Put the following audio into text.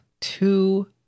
two